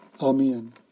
Amen